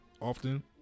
Often